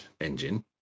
engine